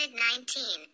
COVID-19